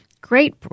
Great